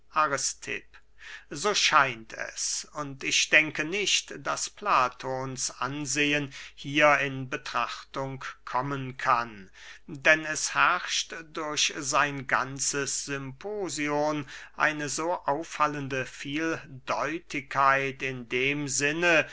so scheint es und ich denke nicht daß platons ansehen hier in betrachtung kommen kann denn es herrscht durch sein ganzes symposion eine so auffallende vieldeutigkeit in dem sinne